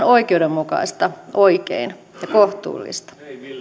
oikeudenmukaista oikein ja kohtuullista